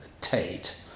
Tate